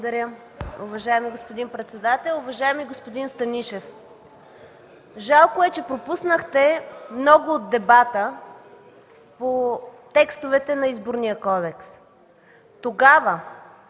Благодаря, уважаеми господин председател. Уважаеми господин Станишев, жалко е, че пропуснахте много от дебата по текстовете на Изборния кодекс. Когато